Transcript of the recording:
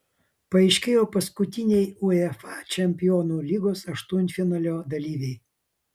paaiškėjo paskutiniai uefa čempionų lygos aštuntfinalio dalyviai